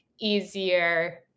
easier